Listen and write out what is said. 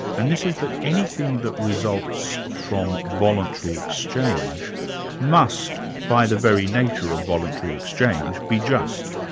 and this is that anything that results from voluntary exchange must, by the very nature of voluntary exchange, be just.